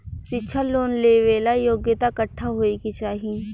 शिक्षा लोन लेवेला योग्यता कट्ठा होए के चाहीं?